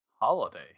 Holiday